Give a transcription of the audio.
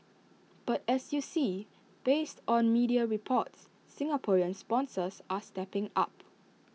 but as you see based on media reports Singaporean sponsors are stepping up